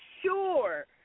sure